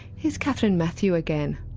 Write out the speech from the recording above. here's kathryn matthew again.